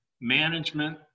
Management